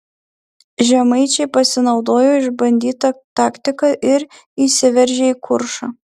žemaičiai pasinaudojo išbandyta taktika ir įsiveržė į kuršą